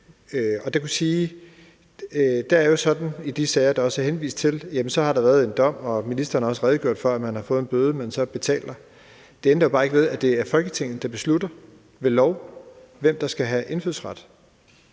Det er jo sådan i de sager, der også er henvist til, at der har været en dom, og ministeren har også redegjort for, at man har fået en bøde, man så betaler. Det ændrer jo bare ikke ved, at det er Folketinget, der beslutter ved lov, hvem der skal have indfødsret,